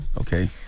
Okay